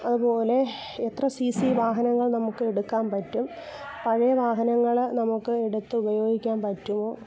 അതുപോലെ എത്ര C C വാഹനങ്ങൾ നമുക്ക് എടുക്കാൻ പറ്റും പഴയ വാഹനങ്ങള് നമുക്ക് എടുത്ത് ഉപയോഗിക്കാൻ പറ്റുവോ